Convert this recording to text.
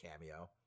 cameo